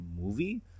movie